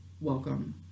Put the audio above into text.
welcome